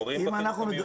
מורים בחינוך המיוחד.